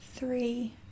three